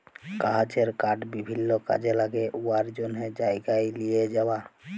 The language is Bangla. গাহাচের কাঠ বিভিল্ল্য কাজে ল্যাগে উয়ার জ্যনহে জায়গায় লিঁয়ে যাউয়া